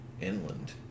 inland